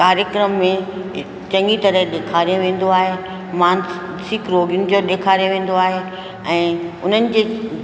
कार्यक्रम में चङी तरह ॾेखारियो वेंदो आहे मानसिक रोगियुनि जो ॾेखारियो वेंदो आहे ऐं उन्हनि जे